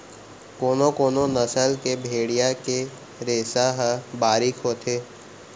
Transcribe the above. कोनो कोनो नसल के भेड़िया के रेसा ह बारीक होथे